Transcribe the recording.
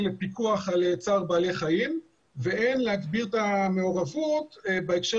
פיקוח על צער בעליי חיים והן הגברת המעורבות בהקשר